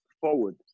forward